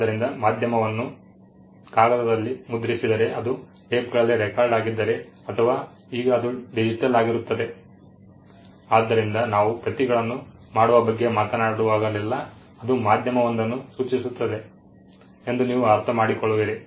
ಆದ್ದರಿಂದ ಮಾಧ್ಯಮವನ್ನು ಕಾಗದದಲ್ಲಿ ಮುದ್ರಿಸಿದರೆ ಅದು ಟೇಪ್ಗಳಲ್ಲಿ ರೆಕಾರ್ಡ್ ಆಗಿದ್ದರೆ ಅಥವಾ ಈಗ ಅದು ಡಿಜಿಟಲ್ ಆಗಿರುತ್ತದೆ ಆದ್ದರಿಂದ ನಾವು ಪ್ರತಿಗಳನ್ನು ಮಾಡುವ ಬಗ್ಗೆ ಮಾತನಾಡುವಾಗಲೆಲ್ಲಾ ಅದು ಮಾಧ್ಯಮವೊಂದನ್ನು ಸೂಚಿಸುತ್ತದೆ ಎಂದು ನೀವು ಅರ್ಥಮಾಡಿಕೊಳ್ಳುವಿರಿ